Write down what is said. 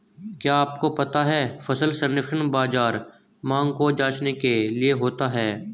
क्या आपको पता है फसल सर्वेक्षण बाज़ार मांग को जांचने के लिए होता है?